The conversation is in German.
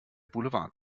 boulevard